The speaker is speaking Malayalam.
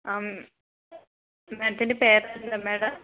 ആ മാഡത്തിൻ്റെ പേരെന്താണ് മാഡം